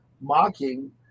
mocking